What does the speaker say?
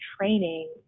training